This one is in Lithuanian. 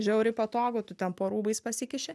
žiauriai patogu tu ten po rūbais pasikiši